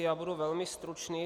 Já budu velmi stručný.